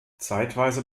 zeitweise